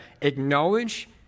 acknowledge